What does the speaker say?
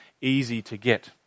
easy-to-get